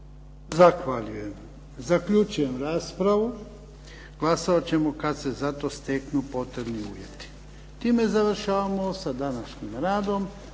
Zaključujem raspravu. Glasovat ćemo kad se za to steknu potrebni uvjeti. Time završavamo sa današnjim radom.